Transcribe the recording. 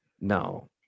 No